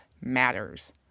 matters